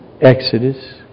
Exodus